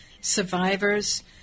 survivors